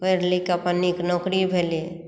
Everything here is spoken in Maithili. पढ़ि लिखकेँ अपन नीक नौकरी भेलै